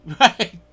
Right